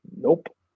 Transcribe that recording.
nope